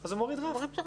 אז הוא מוריד רף.